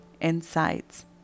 insights